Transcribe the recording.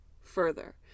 further